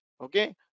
Okay